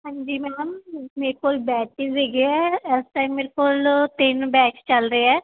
ਹਾਂਜੀ ਮੈਮ ਮੇਰੇ ਕੋਲ ਬੈਚਿਸ ਹੈਗੇ ਹੈ ਇਸ ਟਾਈਮ ਮੇਰੇ ਕੋਲ ਤਿੰਨ ਬੈਚ ਚੱਲ ਰਹੇ ਹੈ